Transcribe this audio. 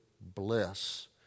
bless